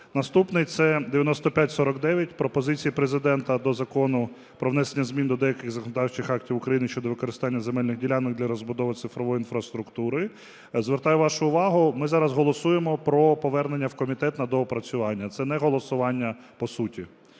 Наступний це 9549: пропозиції Президента до Закону про внесення змін до деяких законодавчих актів України щодо використання земельних ділянок для розбудови цифрової інфраструктури. Звертаю вашу увагу, ми зараз голосуємо про повернення в комітет на доопрацювання. Це не голосування по суті.